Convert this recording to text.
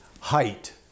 height